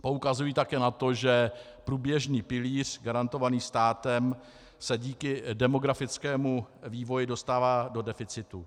Poukazují také na to, že průběžný pilíř garantovaný státem se díky demografickému vývoji dostává do deficitu.